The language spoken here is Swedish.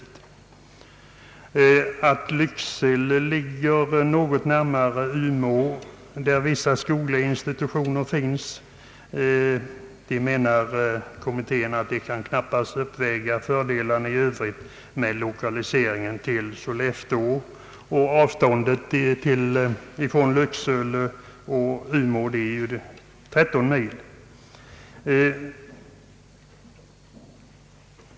Det förhållandet att Lycksele ligger något närmare Umeå, där vissa skogliga institutioner finns, uppväger enligt kommitténs uppfattning knappast fördelarna i övrigt med lokaliseringen till Sollefteå. Avståndet mellan Lycksele och Umeå är 13 mil.